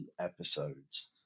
episodes